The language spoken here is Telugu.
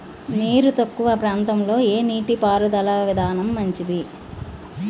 నీరు తక్కువ ప్రాంతంలో ఏ నీటిపారుదల విధానం మంచిది?